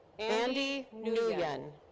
andy nguyen.